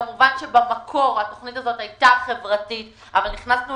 כמובן שבמקור התוכנית הזאת היתה חברתית אבל נכנסנו